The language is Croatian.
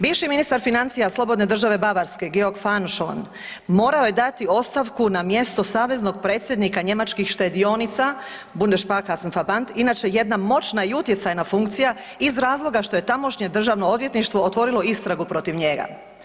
Bivši ministar financija slobodne države Bavarske Georg Fahrenschon morao je dati ostavku na mjesto saveznog predsjednika njemačkih štedionica Bundes sparcasse furbast, inače jedna moćna i utjecajna funkcija iz razloga što je tamošnje Državno odvjetništvo otvorilo istragu protiv njega.